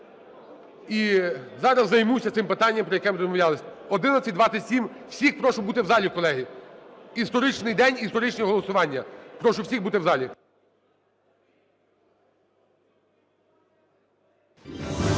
І зараз займуся цим питанням, про яке ми домовлялись. Об 11:27 всіх прошу бути в залі, колеги. Історичний день, історичне голосування. Прошу всіх бути в залі.